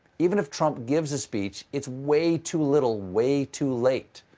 even if trump gives a speech, it's way too little, way too late.